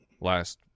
last